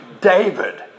David